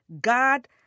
God